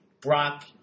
Brock